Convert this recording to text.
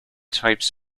types